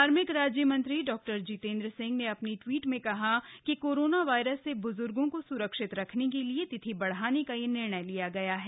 कार्मिक राज्यमंत्री डॉक्टर जितेन्द्र सिंह ने अ ने ट्वीट में कहा है कि कोरोना वायरस से बुजुर्गो को सुरक्षित रखने के लिए तिथि बढ़ाने का ये निर्णय लिया गया है